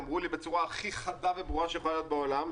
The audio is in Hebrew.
אמרו לי בצורה הכי חדה וברורה שיכולה להיות בעולם,